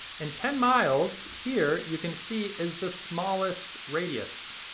and ten miles here you can see is the smallest radius.